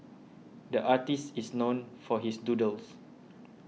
the artist is known for his doodles